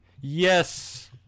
Yes